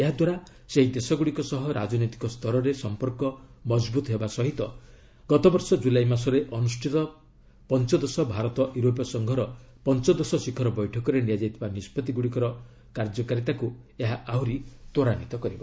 ଏହାଦ୍ୱାରା ସେହି ଦେଶଗୁଡ଼ିକ ସହ ରାଜନୈତିକ ସ୍ତରରେ ସମ୍ପର୍କ ମଜଭୂତ ହେବା ସହିତ ଗତବର୍ଷ ଜୁଲାଇ ମାସରେ ଅନୁଷ୍ଠିତ ପଞ୍ଚଦଶ ଭାରତ ୟୁରୋପୀୟ ସଂଘର ପଞ୍ଚଦଶ ଶିଖର ବୈଠକରେ ନିଆଯାଇଥିବା ନିଷ୍ପତ୍ତି ଗୁଡ଼ିକର କାର୍ଯ୍ୟକାରୀତାକୁ ଆହୁରି ତ୍ୱରାନ୍ୱିତ କରିବ